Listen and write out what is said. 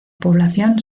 población